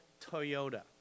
Toyota